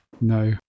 no